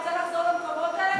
אתה רוצה לחזור למקומות האלה?